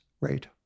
rate